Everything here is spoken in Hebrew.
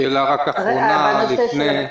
שאלה אחרונה לפני: